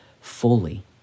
fully